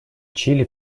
чили